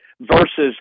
versus